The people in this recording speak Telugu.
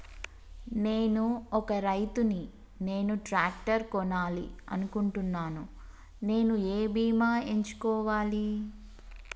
నేను ఒక రైతు ని నేను ట్రాక్టర్ కొనాలి అనుకుంటున్నాను నేను ఏ బీమా ఎంచుకోవాలి?